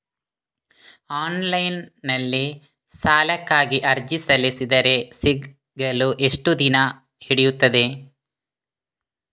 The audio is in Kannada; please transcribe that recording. ಆನ್ಲೈನ್ ನಲ್ಲಿ ಸಾಲಕ್ಕಾಗಿ ಅರ್ಜಿ ಸಲ್ಲಿಸಿದರೆ ಸಿಗಲು ಎಷ್ಟು ದಿನ ಹಿಡಿಯುತ್ತದೆ?